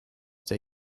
der